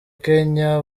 kenya